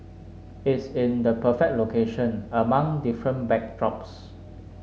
it's in the perfect location among different backdrops